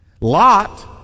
Lot